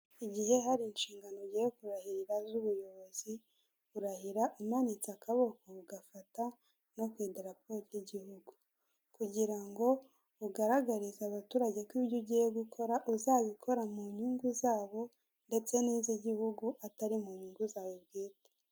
Igihe hari inshingano ugiye kurahirira z'ubuyobozi, urahira umanitse akaboko, ugafata no ku Idarapo ry'Igihugu. Kugira ngo ugaragarize abaturage ko ibyo ugiye gukora uzabikora mu nyungu zabo ndetse n'iz'Igihugu atari mu nyungu zawe bwite.